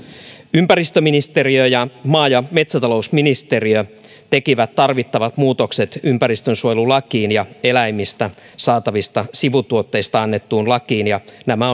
ympäristöministeriö ja maa ja metsätalousministeriö tekivät tarvittavat muutokset ympäristönsuojelulakiin ja eläimistä saatavista sivutuotteista annettuun lakiin ja nämä